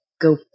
go